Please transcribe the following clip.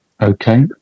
Okay